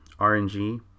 RNG